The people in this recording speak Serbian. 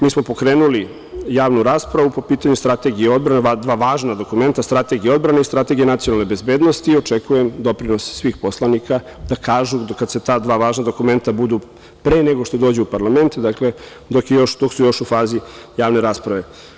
Mi smo pokrenuli javnu raspravu po pitanju strategije odbrane, dva važna dokumenta, strategije odbrane i strategije nacionalne bezbednosti i očekujem doprinos svih poslanika da kažu da kada se ta važna dokumenta budu pre nego što dođu u parlament, dok su još u fazi javne rasprave.